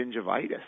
gingivitis